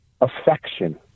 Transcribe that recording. affection